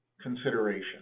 consideration